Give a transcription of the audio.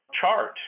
chart